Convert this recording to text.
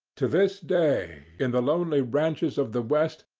to this day, in the lonely ranches of the west,